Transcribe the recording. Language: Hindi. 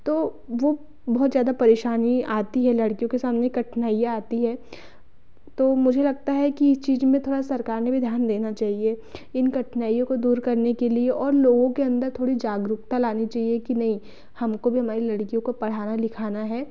तो वो बहुत ज़्यादा परेशानी आती है लड़कियों के सामने कठिनाइयां आती है तो मुझे लगता है कि इस चीज़ में थोड़ा सरकार ने भी ध्यान देना चाहिए इन कठिनाइयों को दूर करने के लिए और लोगों के अंदर थोड़ी जागरूकता लानी चाहिए कि नहीं हमको भी हमारी लड़कियों को पढ़ाना लिखना है